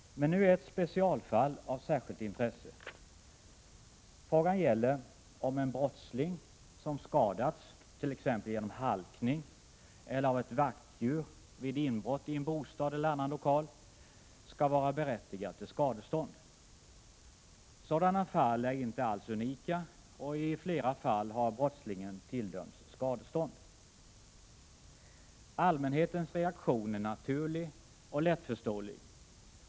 Men nu är ett specialfall av särskilt intresse. Frågan gäller om en brottsling som skadats t.ex. genom halkning eller av ett vaktdjur vid inbrott i en bostad eller annan lokal skall vara berättigad till skadestånd. Sådana fall är inte alls unika, och i flera fall har brottslingen tilldömts skadestånd. Allmänhetens reaktion är naturlig och lättförståelig.